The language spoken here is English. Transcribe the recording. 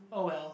oh well